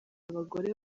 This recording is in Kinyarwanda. abagore